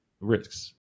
risks